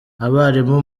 abarimu